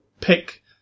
pick